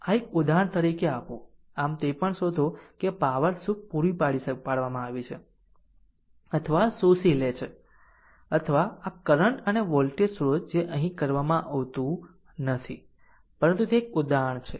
આમ એક ઉદાહરણ તરીકે આપો આમ તે પણ શોધો કે પાવર શું પૂરી પાડવામાં આવે છે અથવા શોષી લે છે આ કરંટ અને વોલ્ટેજ સ્ત્રોત જે અહીં કરવામાં આવતું નથી પરંતુ તે એક ઉદાહરણ છે